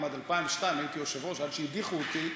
מ-2000 עד 2002 הייתי יושב-ראש עד שהדיחו אותי,